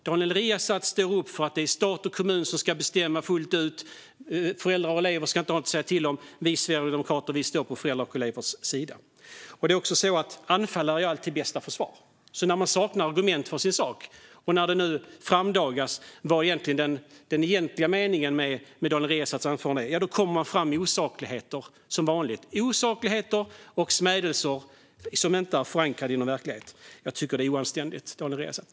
Daniel Riazat står upp för att det är stat och kommun som ska bestämma fullt ut. Föräldrar och elever ska inte ha något att säga till om. Vi sverigedemokrater står på föräldrars och elevers sida. Anfall är också alltid bästa försvar. När man saknar argument för sin sak, och när nu den egentliga meningen med Daniel Riazats anförande uppdagas, kommer man som vanligt med osakligheter och smädelser som inte är förankrade i någon verklighet. Jag tycker att det är oanständigt, Daniel Riazat.